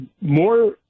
more